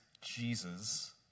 Jesus